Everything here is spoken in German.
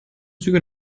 züge